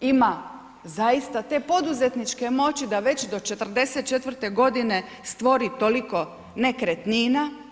ima zaista te poduzetničke moći da već do 44. godine stvori toliko nekretnina.